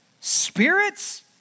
spirits